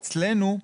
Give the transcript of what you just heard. אצלנו,